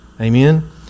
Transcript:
Amen